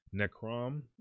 Necrom